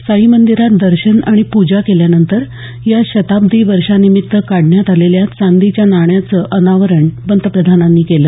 साईमंदिरात दर्शन आणि पूजा केल्यानंतर या शताब्दी वर्षानिमित्त काढण्यात आलेल्या चांदीच्या नाण्याचं अनावरण पंतप्रधानांनी केलं